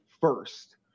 first